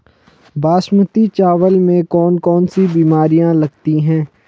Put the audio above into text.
बासमती चावल में कौन कौन सी बीमारियां लगती हैं?